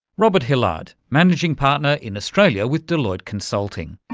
robert hillard, managing partner in australia with delloite consulting.